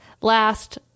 last